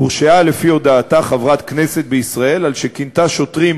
הורשעה לפי הודאתה חברת כנסת בישראל על שכינתה שוטרים,